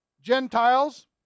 gentiles